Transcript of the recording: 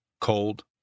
Cold